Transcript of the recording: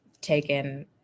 taken